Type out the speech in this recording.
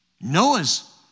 Noah's